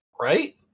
Right